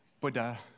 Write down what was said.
Buddha